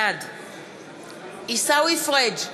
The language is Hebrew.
בעד עיסאווי פריג'